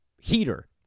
heater